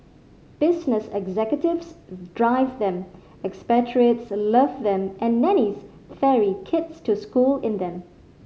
business executives drive them expatriates love them and nannies ferry kids to school in them